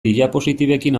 diapositibekin